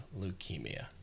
leukemia